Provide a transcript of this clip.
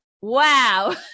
Wow